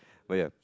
oh ya